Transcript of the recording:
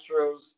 Astros